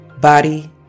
body